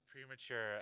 Premature